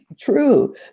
true